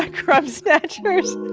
crumb snatchers?